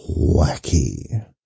wacky